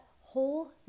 whole